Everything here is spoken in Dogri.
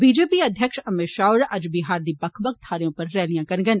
बी जे पी अध्यक्ष अमित शाह होर अज्ज बिहार दी बक्ख बक्ख थाहरें उप्पर रैलियां करडन